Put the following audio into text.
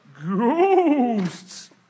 Ghosts